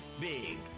big